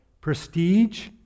prestige